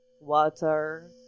water